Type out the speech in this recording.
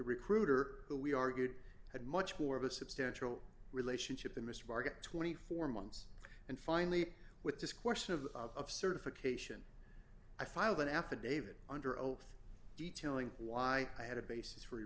recruiter who we argued had much more of a substantial relationship in mr market twenty four months and finally with this question of of certification i filed an affidavit under oath detailing why i had a basis for